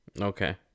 Okay